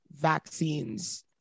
vaccines